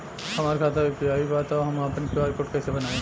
हमार खाता यू.पी.आई बा त हम आपन क्यू.आर कोड कैसे बनाई?